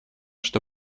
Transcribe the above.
что